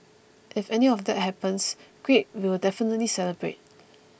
if any of that happens great we will definitely celebrate